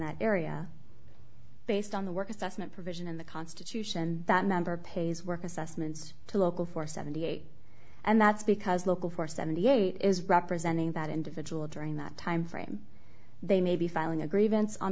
that area based on the work assessment provision in the constitution that member pays work assessments to local for seventy eight and that's because local for seventy eight is representing that individual during that time frame they may be filing a gr